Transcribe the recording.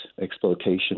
exploitation